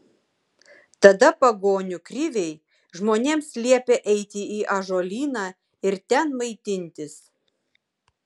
tada pagonių kriviai žmonėms liepė eiti į ąžuolyną ir ten maitintis